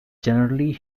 generally